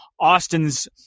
Austin's